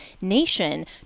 nation